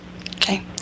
Okay